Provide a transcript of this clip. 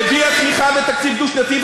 הביע תמיכה בתקציב דו-שנתי,